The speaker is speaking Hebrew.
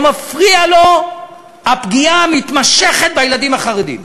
לא מפריעה לו הפגיעה המתמשכת בילדים החרדים,